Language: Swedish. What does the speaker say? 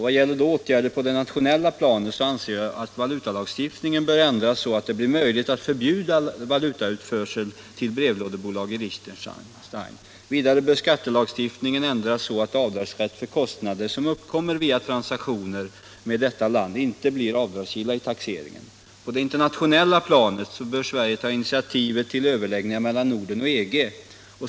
Vad gäller åtgärder på det nationella planet anser jag att valutalagstiftningen bör ändras, så att det blir möjligt att förbjuda valutautförsel till brevlådebolag i Liechtenstein. Vidare bör skattelagstiftningen ändras så att avdragsrätt för kostnader som uppkommit via transaktioner med detta land inte blir avdragsgilla i taxeringen. På det internationella planet bör Sverige ta initiativ till överläggningar mellan Norden och EG.